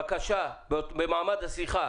בקשה במעמד השיחה,